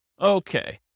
Okay